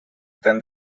than